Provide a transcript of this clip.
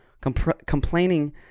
Complaining